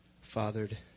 fathered